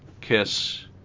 Kiss